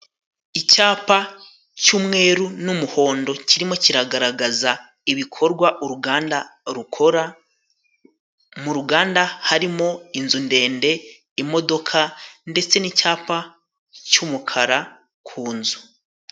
Icyapa cy’umweru n’umuhondo kirimo, kigaragaza ibikorwa uruganda rukora. Mu ruganda harimo inzu ndende, imodoka, ndetse n’icyapa cy’umukara ku nzu.